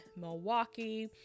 milwaukee